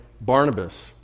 Barnabas